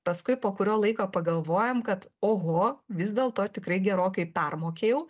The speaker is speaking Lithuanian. paskui po kurio laiko pagalvojam kad oho vis dėlto tikrai gerokai permokėjau